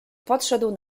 podszedł